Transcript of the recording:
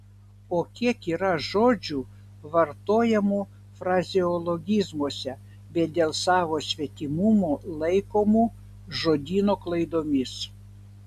o kiek yra žodžių vartojamų frazeologizmuose bet dėl savo svetimumo laikomų žodyno klaidomis